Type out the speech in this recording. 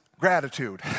Gratitude